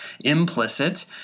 implicit